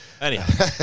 Anyhow